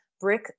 brick